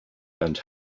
and